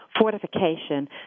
Fortification